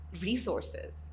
resources